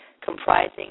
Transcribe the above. comprising